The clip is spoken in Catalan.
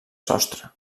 sostre